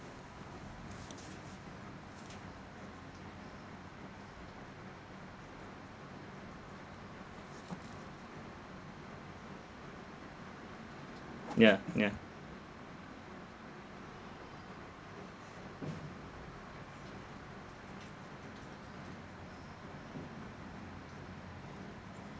ya ya